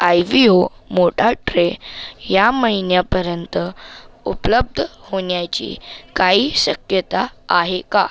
आयवीओ मोठा ठ्रे या महिन्यापर्यंत उपलब्ध होण्याची काही शक्यता आहे का